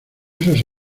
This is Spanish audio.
esos